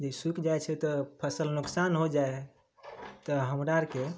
जे सुखि जाइ छै तऽ फसल नुकसान हो जाइ है तऽ हमरा आरके